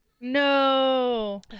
No